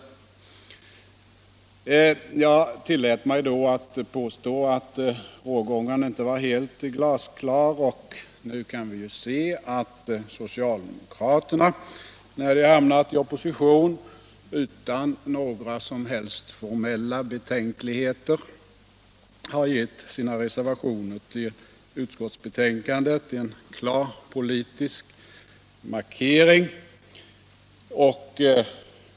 Jag tillät mig då att påstå att rågången inte var helt glasklar, och nu kan vi se att socialdemokraterna, när de hamnat i opposition, utan några som helst formella betänkligheter har gett sina reservationer till utskottsbetänkandet en klar politisk markering.